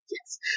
Yes